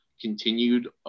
continued